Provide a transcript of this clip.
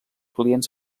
client